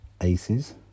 Aces